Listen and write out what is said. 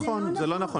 זה לא נכון.